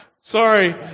Sorry